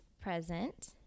present